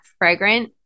fragrant